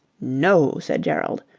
no! said gerald,